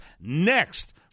next